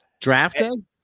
Drafted